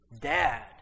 Dad